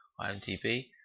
IMDb